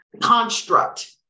construct